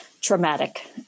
traumatic